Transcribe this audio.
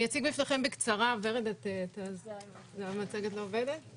אני אציג בפניכם בקצרה את אירועי הסביבה החמורים של